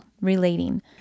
relating